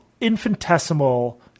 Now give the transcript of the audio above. infinitesimal